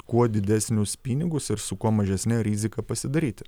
kuo didesnius pinigus ir su kuo mažesne rizika pasidaryti